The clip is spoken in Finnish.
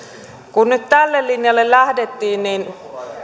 kun nyt tälle linjalle lähdettiin niin